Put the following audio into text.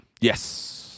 Yes